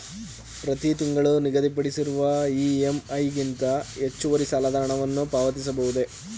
ಪ್ರತಿ ತಿಂಗಳು ನಿಗದಿಪಡಿಸಿರುವ ಇ.ಎಂ.ಐ ಗಿಂತ ಹೆಚ್ಚುವರಿ ಸಾಲದ ಹಣವನ್ನು ಪಾವತಿಸಬಹುದೇ?